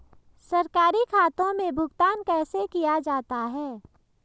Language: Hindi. सरकारी खातों में भुगतान कैसे किया जाता है?